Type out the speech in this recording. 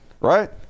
right